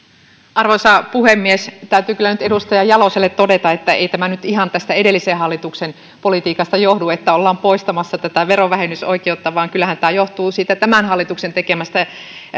arvoisa puhemies täytyy kyllä nyt edustaja jaloselle todeta että ei tämä nyt ihan tästä edellisen hallituksen politiikasta johdu että ollaan poistamassa tätä verovähennysoikeutta vaan kyllähän tämä johtuu siitä tämän hallituksen tekemästä